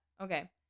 Okay